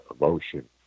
emotion